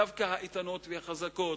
דווקא האיתנות והחזקות,